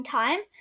time